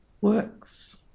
works